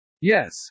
Yes